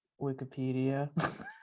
Wikipedia